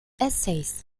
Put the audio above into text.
essays